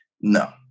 no